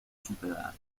superata